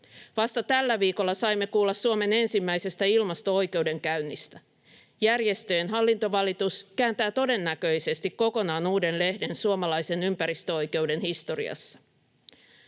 Vasta tällä viikolla saimme kuulla Suomen ensimmäisestä ilmasto-oikeudenkäynnistä. Järjestöjen hallintovalitus kääntää todennäköisesti kokonaan uuden lehden suomalaisen ympäristöoikeuden historiassa.